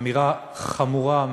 אמירה חמורה,